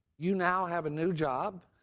you now have a new job.